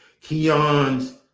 Keon's